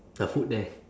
the food there